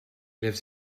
lives